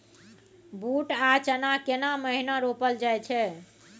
बूट आ चना केना महिना रोपल जाय छै?